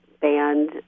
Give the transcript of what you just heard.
band